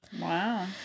Wow